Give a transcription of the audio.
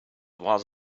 was